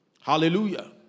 Hallelujah